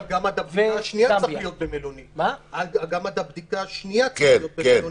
אבל גם עד הבדיקה השנייה צריך להיות במלונית.